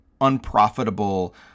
unprofitable